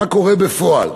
מה קורה בפועל?